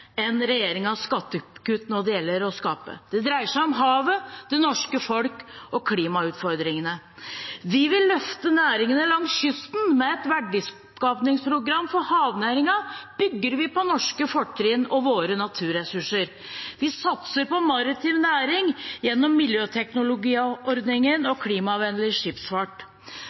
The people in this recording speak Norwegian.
enn regjeringens skattekutt når det gjelder å skape. Det dreier seg om havet, det norske folk og klimautfordringene. Vi vil løfte næringene langs kysten. Med et verdiskapingsprogram for havnæringen bygger vi på norske fortrinn og våre naturressurser. Vi satser på maritim næring gjennom miljøteknologiordningen og klimavennlig skipsfart.